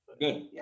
Good